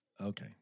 Okay